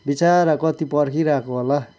बिचरा कति पर्खिरहेको होला